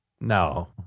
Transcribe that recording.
no